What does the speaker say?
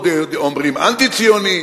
אומרים "אנטי-ציוני".